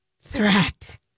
threat